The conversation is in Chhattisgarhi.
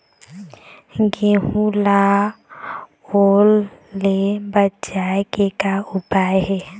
गेहूं ला ओल ले बचाए के का उपाय हे?